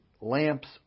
lamps